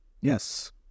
Yes